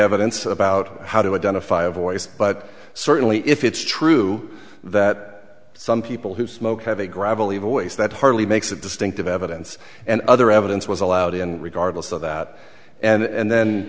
evidence about how to identify a voice but certainly if it's true that some people who smoke have a gravelly voice that hardly makes it distinctive evidence and other evidence was allowed in regardless of that and